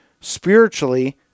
spiritually